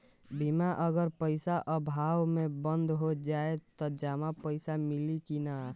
बीमा अगर पइसा अभाव में बंद हो जाई त जमा पइसा मिली कि न?